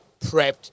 prepped